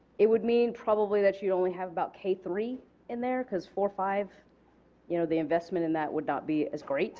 it would mean probably that you would only have k three in there because four five you know the investment in that would not be as great